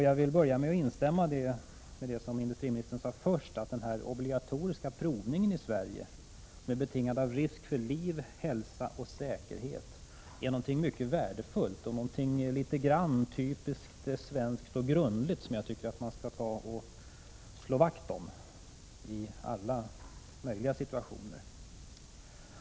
Jag vill börja med att instämma i det som industriministern sade först, att den obligatoriska provningen i Sverige som är betingad av risk för liv, hälsa och säkerhet är mycket värdefull och någonting typiskt svenskt och grundligt som man enligt min mening skall slå vakt om i alla möjliga situationer.